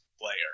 player